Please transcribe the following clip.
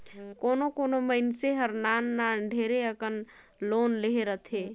कोनो कोनो मइनसे हर नान नान ढेरे अकन लोन लेहे रहथे